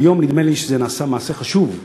והיום נדמה לי שנעשה מעשה חשוב,